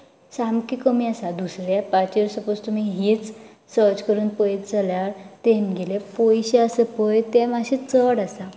सामकें कमी आसा दुसऱ्या एपाचेर सपोज तुमी हीच सर्च करून पयत जाल्यार तेंगेले पोयशें आसा पळय तें मातशें चड आसा